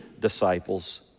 disciples